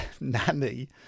Nanny